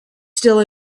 still